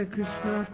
Krishna